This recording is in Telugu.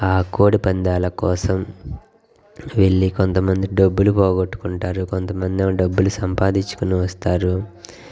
ఆ కోడిపందాల కోసం వెళ్ళి కొంత మంది డబ్బులు పోగొట్టుకుంటారు కొంతమంది ఏమో డబ్బులు సంపాదించుకొని వస్తారు